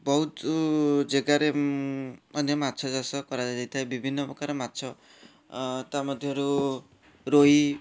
ବହୁତ ଜାଗାରେ ମାନେ ମାଛ ଚାଷ କରାଯାଇଥାଏ ବିଭିନ୍ନ ପ୍ରକାର ମାଛ ତା ମଧ୍ୟରୁ ରୋହି